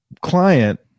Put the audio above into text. client